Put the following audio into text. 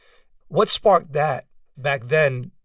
what sparked that back then,